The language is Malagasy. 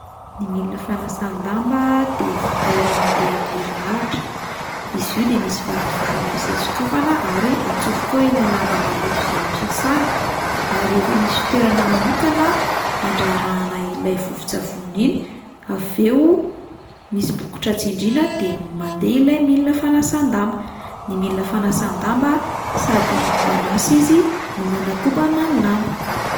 Ny milina fanasan-damba dia vata iray mandeha amin'ny herinaratra, izy io de misy varavarana izay sokafana ary atsofoka ao ilay lamba maloto izay hosasana ary efa misy fitoerana manokana andrarahana ilay vovon-tsavony iny, avy eo misy bokotra tsindriana de mandeha ilay milina fanasan-damba, ny milina fanasan-damba sady manasa izy no manakobana ny lamba.